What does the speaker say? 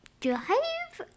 drive